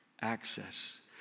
access